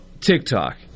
TikTok